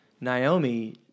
Naomi